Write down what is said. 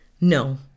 No